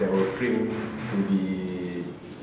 that were frame to be